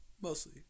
mostly